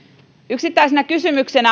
yksittäisenä kysymykseen